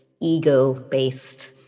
ego-based